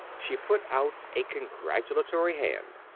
she put out a congratulatory hand.